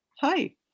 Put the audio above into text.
Hi